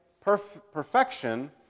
perfection